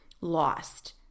lost